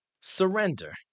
Surrender